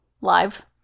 live